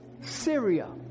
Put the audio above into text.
Syria